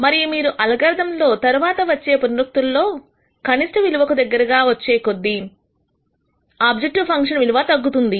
మరియు మీరు అల్గోరిథం లో తరువాత వచ్చే పునరుక్తిలలో కనిష్ఠ విలువకు దగ్గర గా వచ్చే కొద్దీ ఆబ్జెక్టివ్ ఫంక్షన్ విలువ తగ్గుతుంది